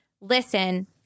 listen